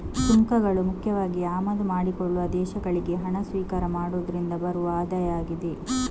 ಸುಂಕಗಳು ಮುಖ್ಯವಾಗಿ ಆಮದು ಮಾಡಿಕೊಳ್ಳುವ ದೇಶಗಳಿಗೆ ಹಣ ಸ್ವೀಕಾರ ಮಾಡುದ್ರಿಂದ ಬರುವ ಆದಾಯ ಆಗಿದೆ